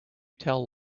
tell